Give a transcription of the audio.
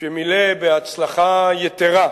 שמילא בהצלחה יתירה,